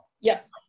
Yes